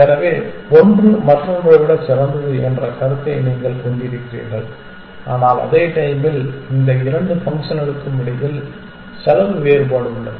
எனவே ஒன்று மற்றொன்றை விட சிறந்தது என்ற கருத்தை நீங்கள் கொண்டிருக்கிறீர்கள் ஆனால் அதே டைம்மில் இந்த இரண்டு ஃபங்க்ஷன்களுக்கும் இடையில் செலவு வேறுபாடு உள்ளது